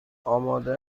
آمده